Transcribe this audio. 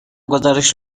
گزارش